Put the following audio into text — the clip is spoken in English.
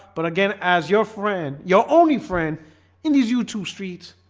but again as your friend your only friend in these you two streets.